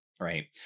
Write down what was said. right